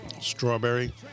Strawberry